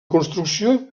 construcció